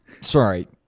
Sorry